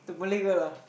the Malay girl ah